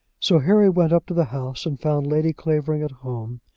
so harry went up to the house, and found lady clavering at home.